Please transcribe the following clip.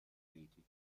riti